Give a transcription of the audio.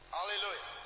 Hallelujah